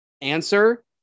answer